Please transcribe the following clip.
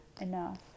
enough